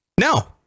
no